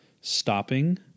Stopping